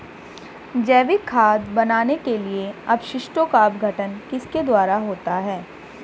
जैविक खाद बनाने के लिए अपशिष्टों का अपघटन किसके द्वारा होता है?